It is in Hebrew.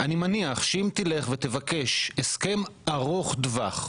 מניח שאם תלך ותבקש הסכם ארוך טווח,